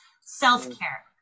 self-care